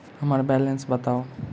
हम्मर बैलेंस बताऊ